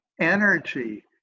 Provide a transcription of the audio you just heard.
energy